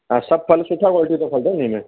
हा सभु फ़ल सुठा क्वालिटी जा फ़ल अथव इनमें